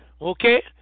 Okay